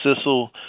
Sissel